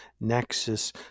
nexus